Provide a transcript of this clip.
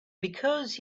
because